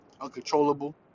uncontrollable